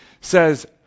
says